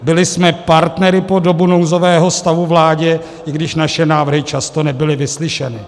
Byli jsme partnery po dobu nouzového stavu vládě, i když naše návrhy často nebyly vyslyšeny.